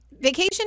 vacation